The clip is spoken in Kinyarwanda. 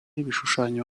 ibishushanyo